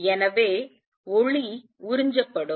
எனவே ஒளி உறிஞ்சப்படும்